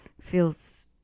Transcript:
feels